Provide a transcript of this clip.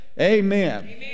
Amen